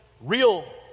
real